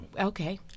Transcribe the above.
Okay